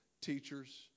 teachers